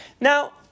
Now